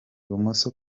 bumoso